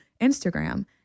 Instagram